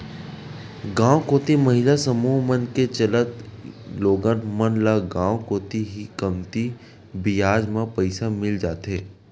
गांव कोती महिला समूह मन के चलत लोगन मन ल गांव कोती ही कमती बियाज म पइसा मिल जाथे